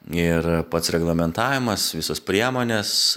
ir pats reglamentavimas visos priemonės